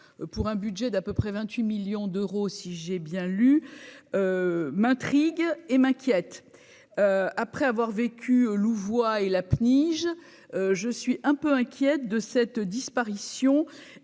pour un budget d'à peu près 28 millions d'euros, si j'ai bien lu m'intrigue et m'inquiète après avoir vécu Louvois et la PNIJ je suis un peu inquiète de cette disparition